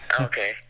Okay